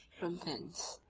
from thence,